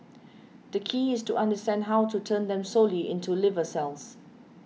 the key is to understand how to turn them solely into liver cells